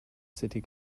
city